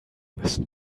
müssen